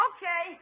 Okay